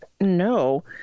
no